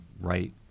right